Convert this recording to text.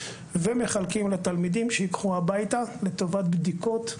ומחלקים לתלמידים שייקחו הביתה לטובת בדיקות.